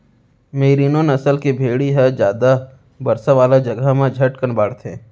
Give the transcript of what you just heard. मेरिनों नसल के भेड़ी ह जादा बरसा वाला जघा म झटकन बाढ़थे